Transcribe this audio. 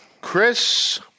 Chris